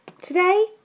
Today